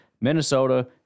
Minnesota